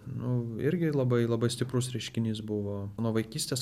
nu irgi labai labai stiprus reiškinys buvo nuo vaikystės